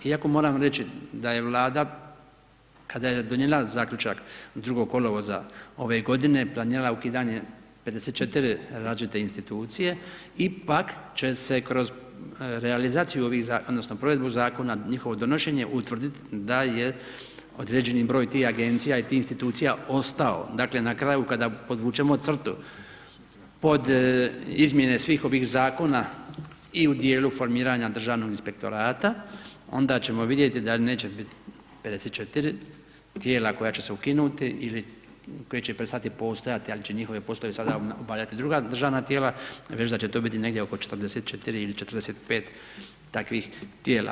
Iako moram reći da je vlada kada je donijela zaključak 2.8. ove g. planirala ukidanje 54 različite institucije ipak će se kroz realizaciju, odnosno, provedbu zakona, njihovo donošenje utvrditi da je određeni broj tih agencija i tih institucija ostaje, dakle, na kraju kada podvučemo crtu pod izmjene svih ovih zakona i u dijelu formiranja državnog inspektorata, onda ćemo vidjeti da neće biti 54 tijela koja će se ukinuti ili koja će prestati postojati, ali će njihove poslove obavljati sada druga državna tijela, već da će to biti negdje oko 44 ili 45 takvih tijela.